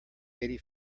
eighty